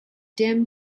dim